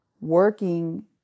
Working